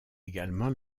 également